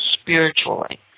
spiritually